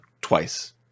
twice